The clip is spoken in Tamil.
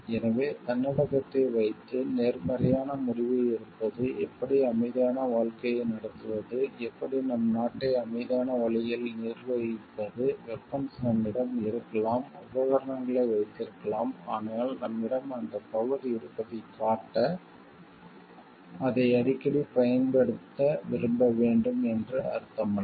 எனவே தன்னடக்கத்தை வைத்து நேர்மறையான முடிவை எடுப்பது எப்படி அமைதியான வாழ்க்கையை நடத்துவது எப்படி நம் நாட்டை அமைதியான வழியில் நிர்வகிப்பது வெபன்ஸ் நம்மிடம் இருக்கலாம் உபகரணங்களை வைத்திருக்கலாம் ஆனால் நம்மிடம் அந்த பவர் இருப்பதைக் காட்ட அதை அடிக்கடி பயன்படுத்த விரும்ப வேண்டும் என்று அர்த்தமல்ல